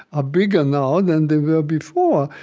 ah bigger now than they were before.